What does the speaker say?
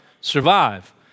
survive